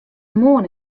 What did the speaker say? moarn